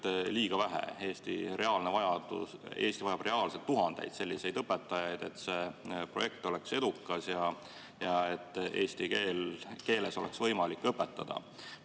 liiga vähe. Eesti vajab reaalselt tuhandeid selliseid õpetajaid, et see projekt oleks edukas ja et eesti keeles oleks võimalik õpetada.